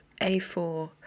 a4